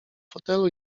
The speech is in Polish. fotelu